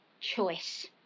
choice